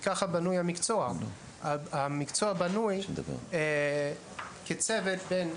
המקצוע בנוי כצוות בין